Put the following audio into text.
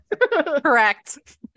correct